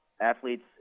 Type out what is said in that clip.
athletes